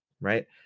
right